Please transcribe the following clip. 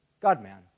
God-man